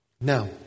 Now